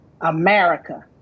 america